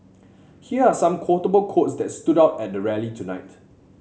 here are some quotable quotes that stood out at the rally tonight